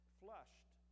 flushed